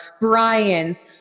Brian's